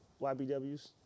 YBW's